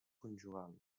conjugal